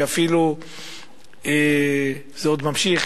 ואפילו זה עוד ממשיך,